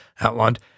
outlined